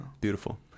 Beautiful